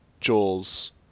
Jaws